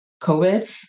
COVID